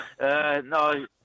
no